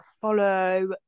follow